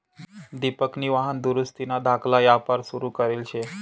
दिपकनी वाहन दुरुस्तीना धाकला यापार सुरू करेल शे